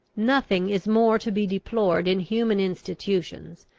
nothing is more to be deplored in human institutions,